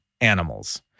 animals